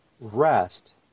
rest